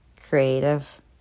creative